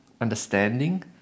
understanding